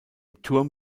turm